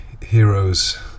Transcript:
heroes